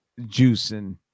juicing